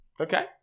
Okay